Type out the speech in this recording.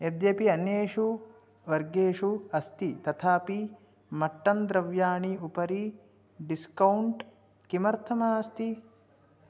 यद्यपि अन्येषु वर्गेषु अस्ति तथापि मट्टन् द्रव्याणाम् उपरि डिस्कौण्ट् किमर्थं नास्ति